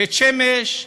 בית שמש,